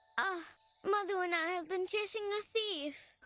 ah madhu and i have been chasing a thief.